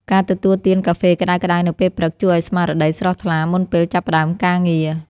ការទទួលទានកាហ្វេក្តៅៗនៅពេលព្រឹក ជួយឱ្យស្មារតីស្រស់ថ្លាមុនពេលចាប់ផ្តើមការងារ។